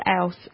else